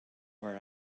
where